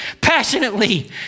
passionately